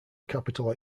capitol